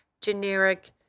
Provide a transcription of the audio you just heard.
generic